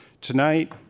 Tonight